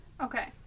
Okay